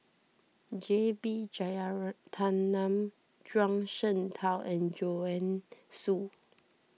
J B Jeyaretnam Zhuang Shengtao and Joanne Soo